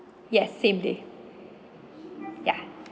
yes same day ya